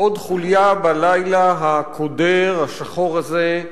עוד חוליה בלילה הקודר, השחור הזה,